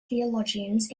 theologians